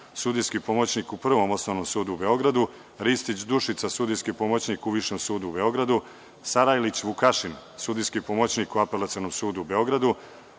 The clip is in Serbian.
sudijski pomoćnik u Prvom osnovnom sudu u Beogradu, Ristić Dušica, sudijski pomoćnik u Višem sudu u Beogradu, Sarajlić Vukašin, sudijski pomoćnik u Apelacionom sudu u Beogradu,